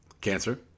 Cancer